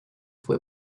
fue